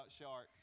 sharks